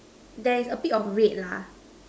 there is a bit of red lah